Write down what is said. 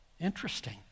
Interesting